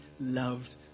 loved